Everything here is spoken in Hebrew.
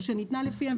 או שניתנה לפיהם ...",